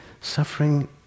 suffering